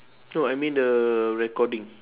no I mean the recording